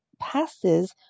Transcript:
passes